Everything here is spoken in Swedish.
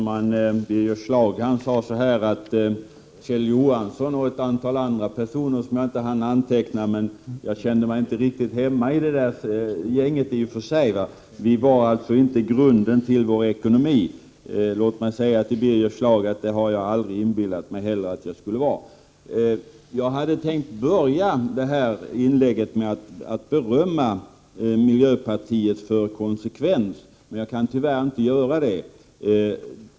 Herr talman! Birger Schlaug sade att Kjell Johansson och ett antal andra personer — som jag inte hann anteckna namnet på, jag kände mig inte riktigt hemma i det gänget — vi var inte grunden till vår ekonomi. Låt mig säga till Birger Schlaug att jag aldrig har inbillat mig att jag skulle vara det. Jag hade tänkt börja detta inlägg med att berömma miljöpartiet för konsekvens, men jag kan tyvärr inte göra det.